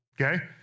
okay